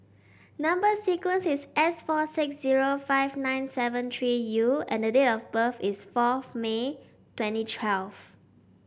number sequence is S four six zero five nine seven three U and the date of birth is fourth May twenty twelve